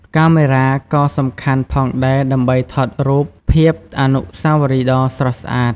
កាមេរ៉ា ក៏សំខាន់ផងដែរដើម្បីថតរូបភាពអនុស្សាវរីយ៍ដ៏ស្រស់ស្អាត។